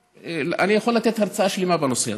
אני יכול לתת הרצאה שלמה בנושא הזה,